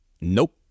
nope